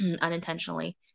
unintentionally